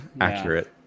accurate